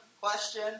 question